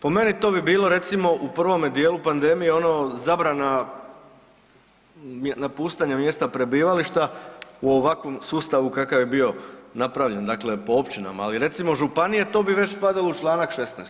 Po meni to bi bilo recimo u prvome dijelu pandemije ono zabrana napuštanja mjesta prebivališta u ovakvom sustavu kakav je bio napravljen, dakle po općinama, ali recimo županije to bi već spadalo u Članak 16.